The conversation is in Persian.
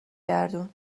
گردون